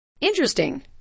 Interesting